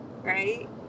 Right